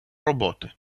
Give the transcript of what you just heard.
роботи